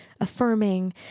affirming